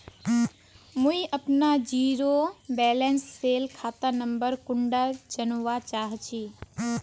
मुई अपना zero balance सेल खाता नंबर कुंडा जानवा चाहची?